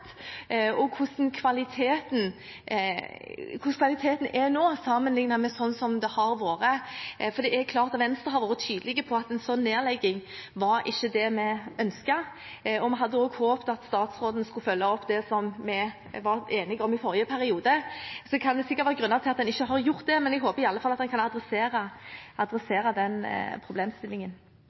og hvordan kvaliteten er nå, sammenlignet med tidligere. Venstre har vært tydelig på at vi ikke ønsket en sånn nedlegging. Vi har også håpet at statsråden skulle følge opp det vi var enige om i forrige periode. Det kan sikkert være grunner til at en ikke har gjort det, men jeg håper i alle fall at han kan adressere den problemstillingen.